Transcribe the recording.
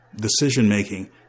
decision-making